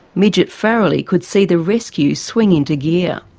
midget farrelly could see the rescue swing into gear.